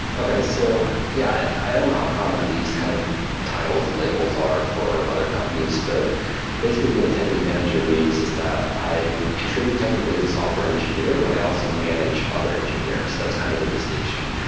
okay, so yeah, i don't know how common these kind of titles and labels are for other companies, but basically what a tech lead manager means is that i contribute technically as a software engineer, but i also manage other engineers. that's kind of the distinction.